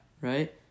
right